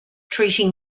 treating